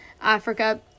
Africa